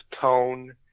tone